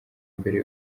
mbere